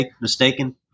mistaken